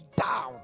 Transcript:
down